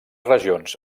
regions